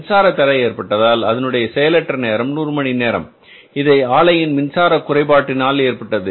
மின்சார தடை ஏற்பட்டதால் அதனுடைய செயலற்ற நேரம் 100 மணி நேரம் இது ஆலையின் மின்சார குறைபாட்டினால் ஏற்பட்டது